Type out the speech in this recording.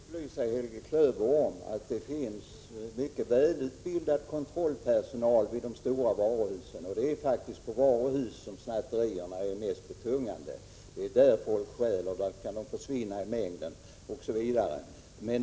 Herr talman! Jag vill upplysa Helge Klöver om att det finns mycket välutbildad kontrollpersonal på de stora varuhusen — och det är faktiskt där som snatterierna är mest betungande. De som stjäl kan där lätt försvinna i mängden.